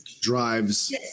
drives